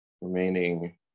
remaining